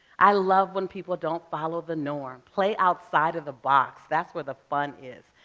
i love when people don't follow the norm. play outside of the box, that's where the fun is.